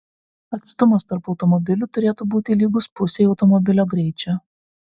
atstumas tarp automobilių turėtų būti lygus pusei automobilio greičio